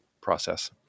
process